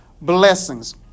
blessings